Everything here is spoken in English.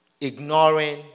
ignoring